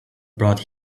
brought